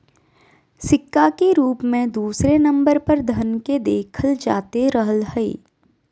सिक्का के रूप मे दूसरे नम्बर पर धन के देखल जाते रहलय हें